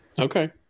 Okay